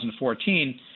2014